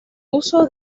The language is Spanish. uso